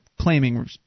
claiming